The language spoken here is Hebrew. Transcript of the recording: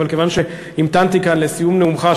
אבל כיוון שהמתנתי כאן לסיום נאומך,